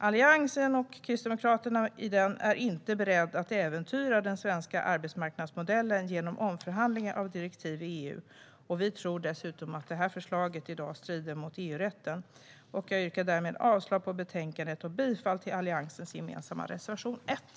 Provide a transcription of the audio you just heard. Alliansen och Kristdemokraterna är inte beredda att äventyra den svenska arbetsmarknadsmodellen genom omförhandlingar av direktivet i EU. Vi tror dessutom att det här förslaget i dag strider mot EU-rätten. Jag yrkar därmed avslag på utskottets förslag i betänkandet och bifall till Alliansens gemensamma reservation 1.